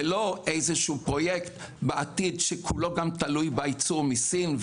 ולא איזשהו פרויקט בעתיד שגם כולו תלוי בייצור מסין,